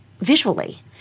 visually